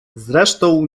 zresztą